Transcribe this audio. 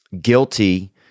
guilty